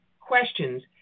questions